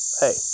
hey